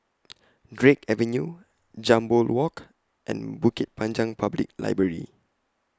Drake Avenue Jambol Walk and Bukit Panjang Public Library